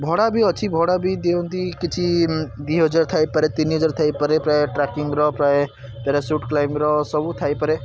ଭଡ଼ା ବି ଅଛି ଭଡ଼ା ବି ଦିଅନ୍ତି କିଛି ଦୁଇ ହଜାର ଥାଇପାରେ ତିନି ହଜାର ଥାଇପାରେ ପ୍ରାୟ ଟ୍ରାକିଂର ପ୍ରାୟ ପାରାସୁଟ୍ କ୍ଳାଇମ୍ୱର ସବୁ ଥାଇପାରେ